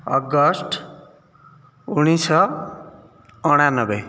August ଉଣେଇଶହ ଅଣାନବେ